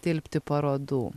tilpti parodų